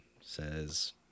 Says